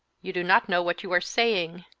you do not know what you are saying.